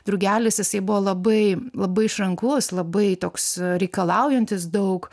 drugelis jisai buvo labai labai išrankus labai toks reikalaujantis daug